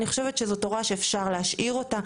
אני חושבת שזו הוראה שאפשר להשאיר אותה.